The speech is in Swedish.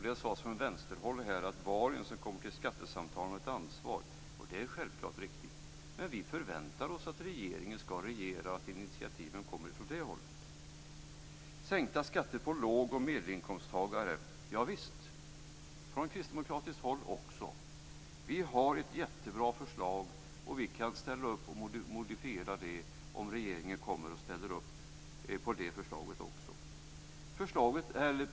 Det sades från vänsterhåll att var och en som kommer till skattesamtalen har ett ansvar, och det är självfallet riktigt, men vi förväntar oss att regeringen skall regera och att initiativen kommer från det hållet. ja visst, det säger vi också från kristdemokratiskt håll. Vi har ett jättebra förslag, och vi kan modifiera det, om också regeringen ställer sig bakom det.